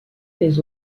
les